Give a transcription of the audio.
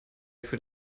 für